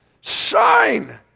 Shine